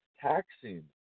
taxing